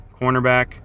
cornerback